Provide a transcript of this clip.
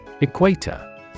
Equator